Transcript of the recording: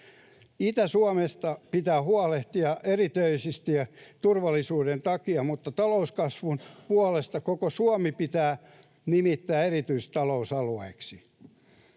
Itä-Suomesta pitää huolehtia erityisesti jo turvallisuuden takia, mutta talouskasvun puolesta koko Suomi pitää nimittää erityistalousalueeksi.